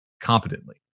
competently